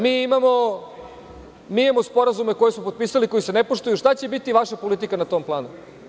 Mi imamo sporazume koje smo potpisali, koji se ne poštuju, šta će biti vaša politika na tom planu?